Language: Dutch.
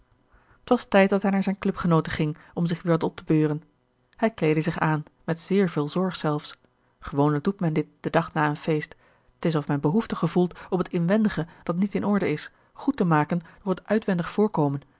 t was tijd dat hij naar zijn clubgenooten ging om zich weer wat op te beuren hij kleedde zich aan met zeer veel zorg zelfs gewoonlijk doet men dit den dag na een feest t is of men behoefte gevoelt om het inwendige dat niet in orde is goed te maken door het uitwendig voorkomen